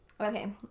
okay